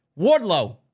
Wardlow